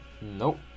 Nope